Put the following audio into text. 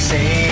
Say